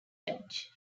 judge